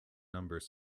numbers